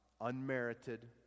unmerited